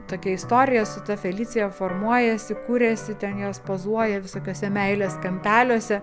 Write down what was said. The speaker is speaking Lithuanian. tokia istorija su ta felicija formuojasi kuriasi ten jos pozuoja visokiose meilės kampeliuose